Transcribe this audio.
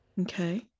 Okay